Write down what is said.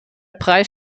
preis